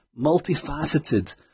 multifaceted